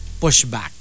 pushback